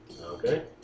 Okay